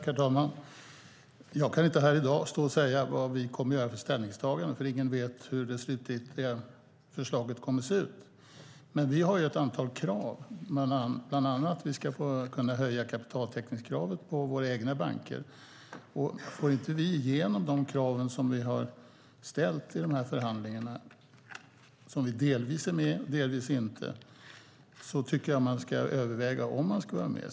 Herr talman! Jag kan inte här och nu säga vilka ställningstaganden vi kommer att göra, för ingen vet hur det slutgiltiga förslaget kommer att se ut. Vi har ett antal krav, bland annat att vi ska kunna höja kapitaltäckningskravet för våra egna banker. Om vi inte får igenom de krav som vi ställt i förhandlingarna, som vi delvis är med i och delvis inte, tycker jag att vi ska överväga om vi ska vara med.